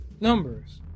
numbers